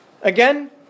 Again